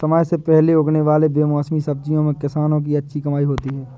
समय से पहले उगने वाले बेमौसमी सब्जियों से किसानों की अच्छी कमाई होती है